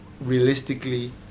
realistically